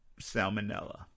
salmonella